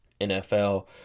NFL